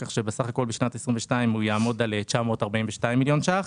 כך שבסך הכול בשנת 2022 הוא יעמוד על 942 מיליון ש"ח,